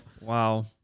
Wow